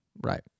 Right